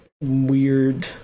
weird